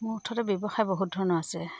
ব্যৱসায় বহুত ধৰণৰ আছে